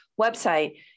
website